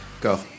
Go